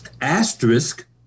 asterisk